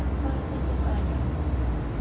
less than five hundred